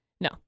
No